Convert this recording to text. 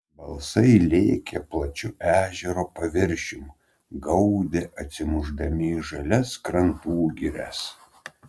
balsai lėkė plačiu ežero paviršium gaudė atsimušdami į žalias krantų girias